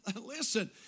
listen